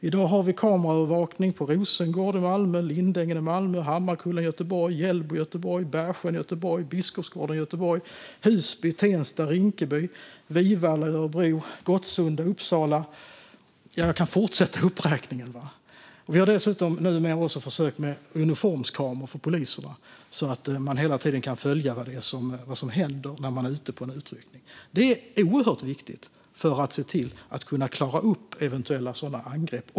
I dag har vi kameraövervakning på Rosengård i Malmö, Lindängen i Malmö, Hammarkullen i Göteborg, Gällby i Göteborg, Bergsjön i Göteborg, Biskopsgården i Göteborg, Husby, Tensta och Rinkeby i Stockholm, Vivalla i Örebro, Gottsunda i Uppsala - ja, jag kan fortsätta uppräkningen. Vi har dessutom numera också ett försök med uniformskameror för poliserna, så att man hela tiden kan följa vad som händer ute på en utryckning. Det är oerhört viktigt för att klara upp eventuella angrepp.